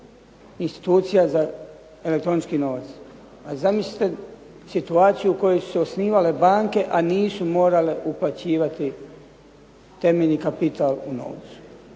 institucija za elektronički novac. A zamislite situaciju u kojoj su se osnivale banke a nisu morale uplaćivati temeljni kapital u novcu.